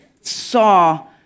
saw